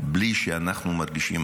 בלי שאנחנו מרגישים,